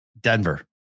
Denver